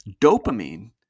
dopamine